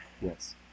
Yes